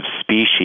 species